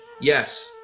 yes